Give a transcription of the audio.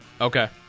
Okay